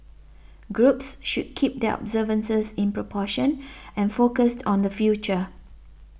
groups should keep their observances in proportion and focused on the future